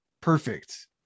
Perfect